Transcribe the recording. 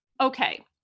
okay